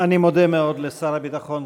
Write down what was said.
אני מודה מאוד לשר הביטחון,